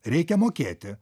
reikia mokėti